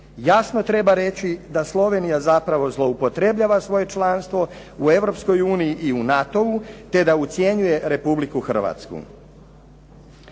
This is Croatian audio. Jasno treba reći da Slovenija zapravo zloupotrebljava svoje članstvo u Europskoj uniji i u NATO-u te da ucjenjuje Republiku Hrvatsku.